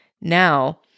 now